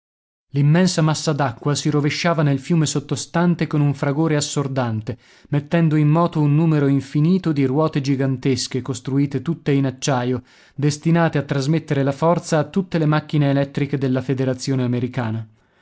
l'immensa massa d'acqua si rovesciava nel fiume sottostante con un fragore assordante mettendo in moto un numero infinito di ruote gigantesche costruite tutte in acciaio destinate a trasmettere la forza a tutte le macchine elettriche della federazione americana